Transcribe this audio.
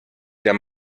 der